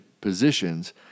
positions